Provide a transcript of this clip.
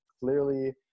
clearly